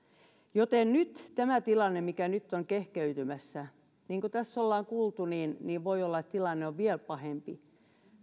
ja nyt tämä tilanne mikä nyt on kehkeytymässä niin kuin tässä ollaan kuultu voi olla vielä pahempi